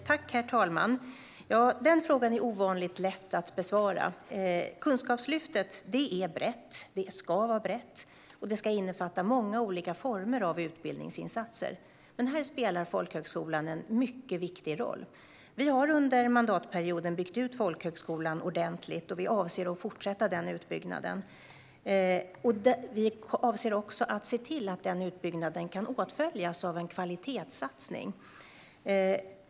Herr talman! Den frågan är ovanligt lätt att besvara. Kunskapslyftet är brett, ska vara brett och ska innefatta många olika former av utbildningsinsatser. Här spelar folkhögskolan en mycket viktig roll. Regeringen har under mandatperioden byggt ut folkhögskolan ordentligt, och vi avser att fortsätta den utbyggnaden. Vi avser också att se till att den utbyggnaden kan åtföljas av en kvalitetssatsning.